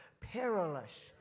perilous